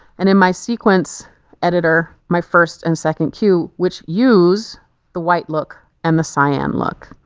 and in my sequence editor my first and second queue which use the white look and the cyan look.